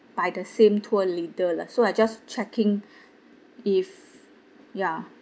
by the same tour leader lah so I just checking if ya